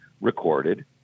recorded